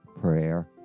prayer